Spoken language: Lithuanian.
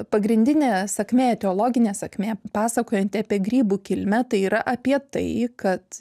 pagrindinė sakmė teologinė sakmė pasakojanti apie grybų kilmę tai yra apie tai kad